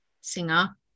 singer